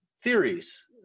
theories